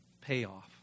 payoff